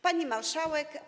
Pani Marszałek!